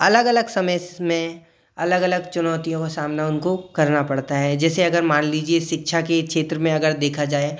अलग अलग समय में अलग अलग चुनौतियों का सामना उनको करना पड़ता है जैसे अगर मान लीजिए शिक्षा के क्षेत्र में अगर देखा जाए